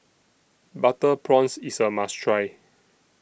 Butter Prawns IS A must Try